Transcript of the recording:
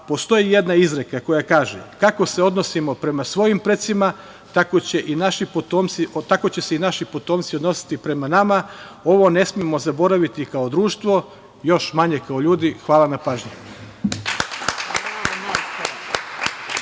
Postoji jedna izreka koja kaže – kako se odnosimo prema svojim precima, tako će se i naši potomci odnositi prema nama. Ovo ne smemo zaboraviti kao društvo, još manje kao ljudi. Hvala na pažnji.